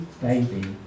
baby